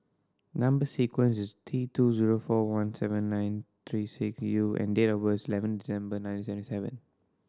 number sequence is T two zero four one seven nine three six U and date of birth is eleven December nineteen seventy seven